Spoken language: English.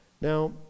Now